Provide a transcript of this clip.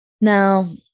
Now